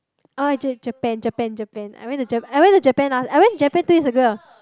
oh Japan Japan Japan I went to Jap~ I went to Japan last I went Japan two years ago